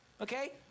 okay